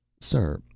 sir,